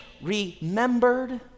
remembered